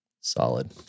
Solid